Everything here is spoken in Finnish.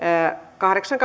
kahdeksan